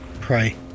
pray